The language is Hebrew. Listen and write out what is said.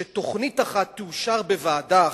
שתוכנית אחת תאושר בוועדה אחת,